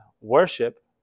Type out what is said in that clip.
worship